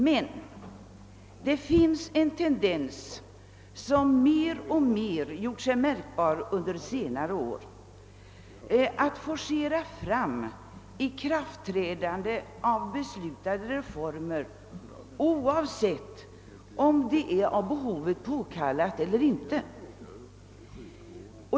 Men det finns en tendens som mer och mer gjort sig märkbar under senare år, att forcera fram ikraftträdande av beslutade reformer oavsett om det är av behovet påkallat eller inte.